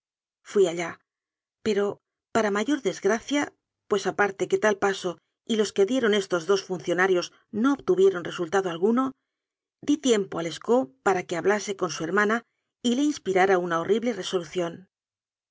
fui allá pero para mayor desgracia pues aparte que tal paso y los que dieron estos dos funcionarios no obtuvieron resultado alguno di tiempo a lescaut para que hablase con su herma na y le inspirara una horrible resolución